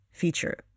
feature